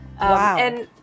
Wow